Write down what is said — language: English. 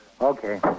Okay